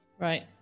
Right